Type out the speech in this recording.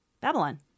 Babylon